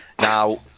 Now